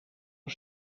een